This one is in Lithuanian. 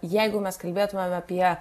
jeigu mes kalbėtumėm apie